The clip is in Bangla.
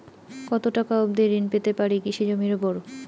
কত টাকা অবধি ঋণ পেতে পারি কৃষি জমির উপর?